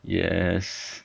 yes